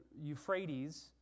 Euphrates